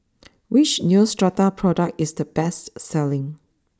which Neostrata product is the best selling